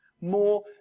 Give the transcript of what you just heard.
More